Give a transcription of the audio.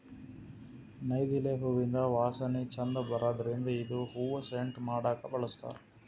ನೈದಿಲೆ ಹೂವಿಂದ್ ವಾಸನಿ ಛಂದ್ ಬರದ್ರಿನ್ದ್ ಇದು ಹೂವಾ ಸೆಂಟ್ ಮಾಡಕ್ಕ್ ಬಳಸ್ತಾರ್